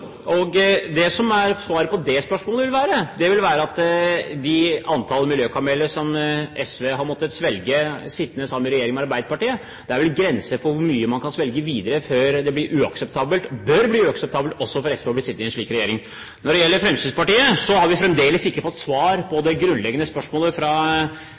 regjering. Det som er svaret på det spørsmålet, er at når det gjelder antallet miljøkameler som SV har måttet svelge i regjering sammen med Arbeiderpartiet, er det vel grenser for hvor mye de kan svelge videre før det bør bli uakseptabelt også for SV å bli sittende i en slik regjering. Når det gjelder Fremskrittspartiet, har vi fremdeles ikke fått svar på det grunnleggende spørsmålet fra